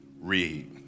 read